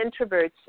introverts